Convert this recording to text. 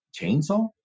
chainsaw